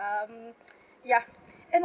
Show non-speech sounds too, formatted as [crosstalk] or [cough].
um [noise] ya and